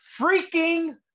freaking